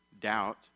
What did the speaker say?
doubt